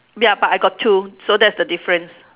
ya but I got two so that's the difference